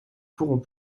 pourront